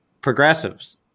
progressives